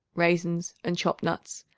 raisins and chopped nuts,